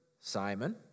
Simon